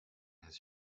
his